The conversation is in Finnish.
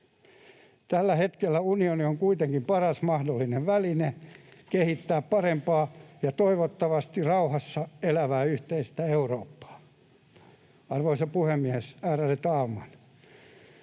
Tällä hetkellä unioni on kuitenkin paras mahdollinen väline kehittää parempaa ja toivottavasti rauhassa elävää, yhteistä Eurooppaa. Arvoisa puhemies, ärade talman!